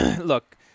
look